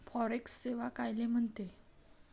Forex सेवा कायले म्हनते?